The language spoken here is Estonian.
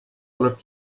tuleb